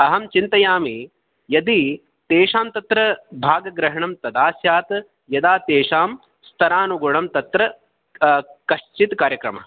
अहं चिन्तयामि यदि तेषां तत्र भाग्ग्रहणं तदा स्यात् यदा तेषां स्तरानुगुणं तत्र कश्चित् कार्यक्रमः